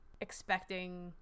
expecting